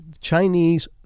Chinese